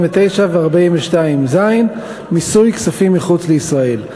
(49) ו-42(ז) מיסוי כספים מחוץ לישראל.